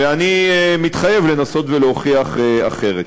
ואני מתחייב לנסות ולהוכיח אחרת.